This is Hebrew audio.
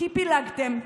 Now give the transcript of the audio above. כי פילגתם,